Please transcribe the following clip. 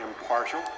impartial